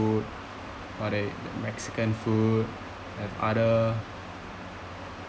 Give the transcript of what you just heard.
or there the mexican food have other